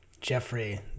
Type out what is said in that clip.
Jeffrey